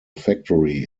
factory